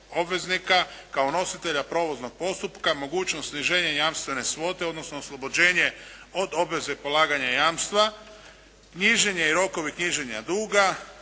obveznika kao nositelja provoznog postupka, mogućnost sniženja jamstvene svote odnosno oslobođenje od obveze polaganja jamstva, knjiženje i rokovi knjiženja duga,